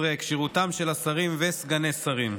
16) (כשירותם של השרים וסגני השרים),